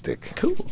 Cool